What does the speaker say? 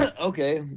Okay